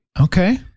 okay